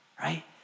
Right